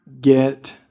get